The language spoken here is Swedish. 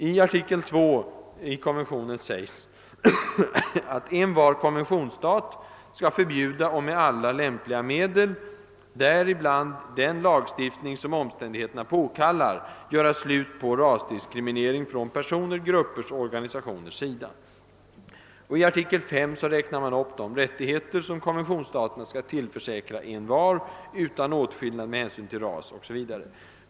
I artikel 2 i konventionen sägs det: >Envar konventionsstat skall förbjuda och med alla lämpliga medel, däribland den lagstiftning som omständigheterna påkallar, göra slut på rasdiskriminering från personers, gruppers, och organisationers sida.» I artikel 5 räknar man upp de rättigheter som konventionsstaterna skall tillförsäkra envar utan åtskillnad med hänsyn till ras, o.s.v.